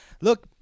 look